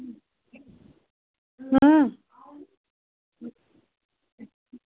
हूं